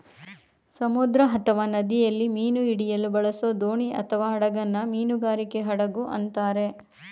ಸಮುದ್ರ ಅಥವಾ ನದಿಯಲ್ಲಿ ಮೀನು ಹಿಡಿಯಲು ಬಳಸೋದೋಣಿಅಥವಾಹಡಗನ್ನ ಮೀನುಗಾರಿಕೆ ಹಡಗು ಅಂತಾರೆ